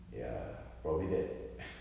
ya probably that